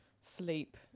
sleep